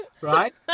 right